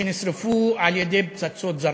שנשרפו על-ידי פצצות זרחן?